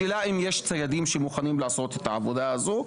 השאלה אם יש ציידים שמוכנים לעשות את העבודה הזו,